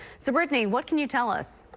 so brittany what can you tell us.